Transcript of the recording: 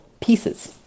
pieces